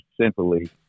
simply